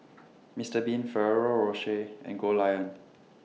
Mr Bean Ferrero Rocher and Goldlion